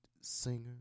singer